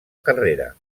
carrera